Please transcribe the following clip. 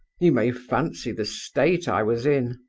you may fancy the state i was in!